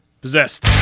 possessed